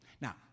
Now